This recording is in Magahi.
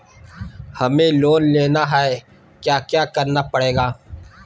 हमें लोन लेना है क्या क्या करना पड़ेगा?